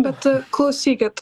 bet klausykit